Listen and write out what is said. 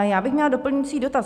Já bych měla doplňující dotaz.